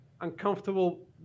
uncomfortable